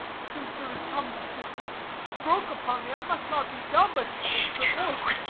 since there is come this stroke upon me, i must not be dumb, but speak perforce.